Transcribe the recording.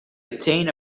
obtain